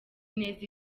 neza